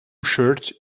shirt